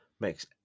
makes